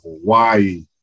Hawaii